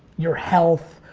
your health,